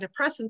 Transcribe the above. antidepressants